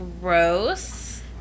gross